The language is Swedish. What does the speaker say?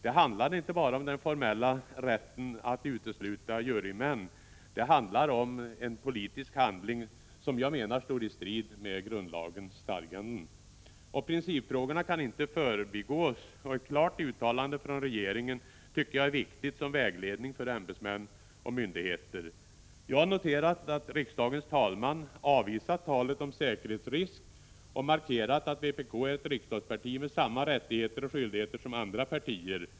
Det handlar inte bara om den formella rätten att utesluta jurymedlemmar, utan det rör sig om en politisk handling som enligt min mening står i strid med grundlagens stadganden. Principfrågorna kan inte förbigås. Jag tycker att ett klart uttalande från regeringen är viktigt som vägledning för ämbetsmän och myndigheter. Jag har noterat att riksdagens talman avvisat talet om säkerhetsrisk och markerat att vpk är ett riksdagsparti med samma rättigheter och skyldigheter som övriga partier.